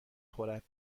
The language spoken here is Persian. خورد